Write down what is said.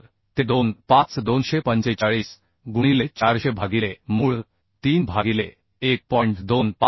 तर ते 2 5 245 गुणिले 400 भागिले मूळ 3 भागिले 1